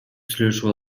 сүйлөшүп